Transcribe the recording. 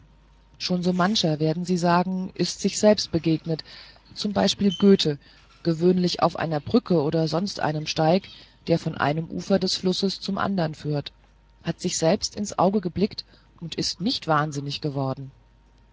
schon so mancher werden sie sagen ist sich selbst begegnet z b goethe gewöhnlich auf einer brücke oder sonst einem steig der von einem ufer eines flusses zum andern führt hat sich selbst ins auge geblickt und ist nicht wahnsinnig geworden